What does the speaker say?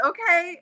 Okay